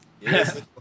Yes